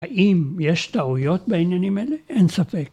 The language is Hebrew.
האם יש טעויות בעניינים האלה? אין ספק.